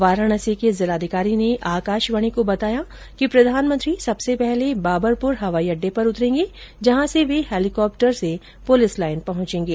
वाराणसी के जिलाधिकारी ने आकाशवाणी को बताया कि नरेन्द्र मोदी सबसे पहले बाबरपुर हवाई अड्डे पर उतरेंगे जहां से वे हेलीकॉप्टर से पुलिस लाइन पहुंचेंगे